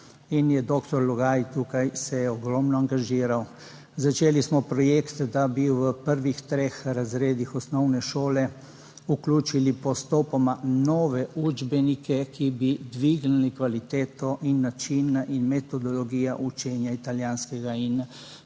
in je doktor Logaj tukaj se je ogromno angažiral. Začeli smo projekt, da bi v prvih treh razredih osnovne šole vključili postopoma nove učbenike, ki bi dvignili kvaliteto in način in metodologijo učenja italijanskega in